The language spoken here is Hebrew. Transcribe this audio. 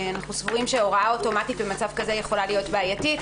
אנחנו סבורים שהוראה אוטומטית במצב כזה יכולה להיות בעייתית